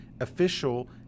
official